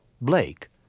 Blake